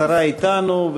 השרה אתנו,